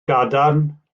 gadarn